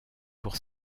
pour